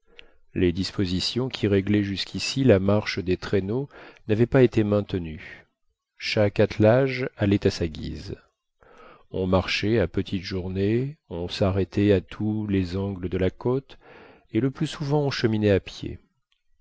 les dispositions qui réglaient jusqu'ici la marche des traîneaux n'avaient pas été maintenues chaque attelage allait à sa guise on marchait à petites journées on s'arrêtait à tous les angles de la côte et le plus souvent on cheminait à pied